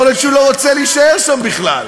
יכול להיות שהוא לא רוצה להישאר שם בכלל.